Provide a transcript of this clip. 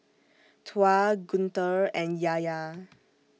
Tuah Guntur and Yahya